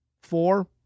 four